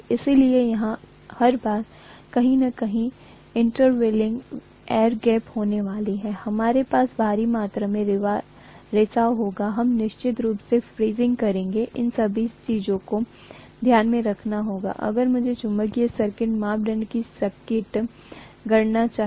इसलिए यहाँ हर बार कहीं न कहीं इंटरवलिंग एयर गैप होने वाले हैं हमारे पास भारी मात्रा में रिसाव होगा हम निश्चित रूप से फ्रिंजिंग करेंगे इन सभी चीजों को ध्यान में रखना होगा अगर मुझे चुंबकीय सर्किट मापदंडों की सटीक गणना चाहिए